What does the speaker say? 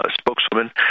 Spokeswoman